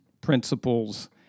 principles